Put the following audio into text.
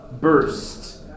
burst